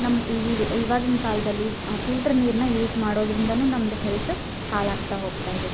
ನಮ್ಮ ಈಗಿವಿ ಇವಾಗಿನ ಕಾಲದಲ್ಲಿ ಫಿಲ್ಟ್ರ್ ನೀರನ್ನ ಯೂಸ್ ಮಾಡೋದರಿಂದನೂ ನಮ್ಮದು ಹೆಲ್ತ್ ಹಾಳಾಗ್ತಾ ಹೋಗ್ತಾಯಿದೆ